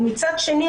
ומצד שני,